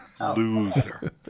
Loser